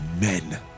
men